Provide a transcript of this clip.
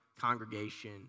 congregation